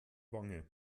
wange